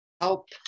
help